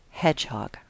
Hedgehog